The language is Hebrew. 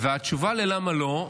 התשובה ללמה לא: